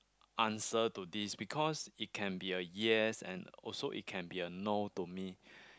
answer to this because it can be a yes and also it can be a no to me